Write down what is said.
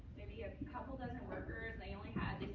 maybe, a couple dozen workers. they only had, they